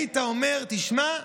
היית אומר: תשמע,